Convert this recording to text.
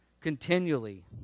Continually